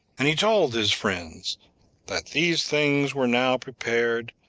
and he told his friends that these things were now prepared,